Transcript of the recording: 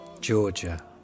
Georgia